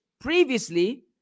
previously